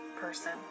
person